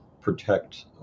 protect